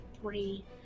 three